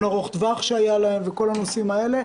ארוך טווח שהיה להן וכל הנושאים האלה.